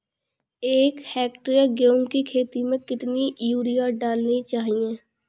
एक हेक्टेयर गेहूँ की खेत में कितनी यूरिया डालनी चाहिए?